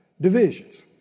divisions